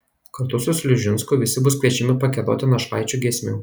kartu su sliužinsku visi bus kviečiami pagiedoti našlaičių giesmių